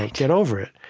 ah get over it.